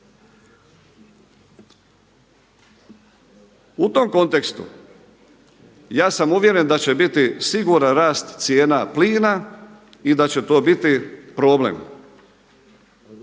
U tom kontekstu ja sam uvjeren da će biti siguran rast cijena plina i da će to biti problem.